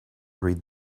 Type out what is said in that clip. read